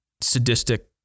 sadistic